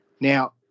Now